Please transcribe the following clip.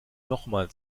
nochmal